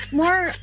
more